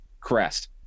crest